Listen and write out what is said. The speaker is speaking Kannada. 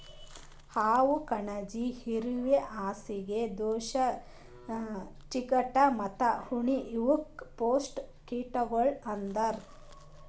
ಹಾವು, ಕಣಜಿ, ಇರುವೆ, ಹಾಸಿಗೆ ದೋಷ, ಚಿಗಟ ಮತ್ತ ಉಣ್ಣಿ ಇವುಕ್ ಪೇಸ್ಟ್ ಕೀಟಗೊಳ್ ಅಂತರ್